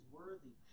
worthy